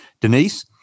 Denise